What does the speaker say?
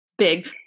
big